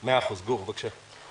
גור, בבקשה.